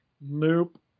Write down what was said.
Nope